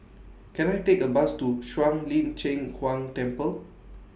Can I Take A Bus to Shuang Lin Cheng Huang Temple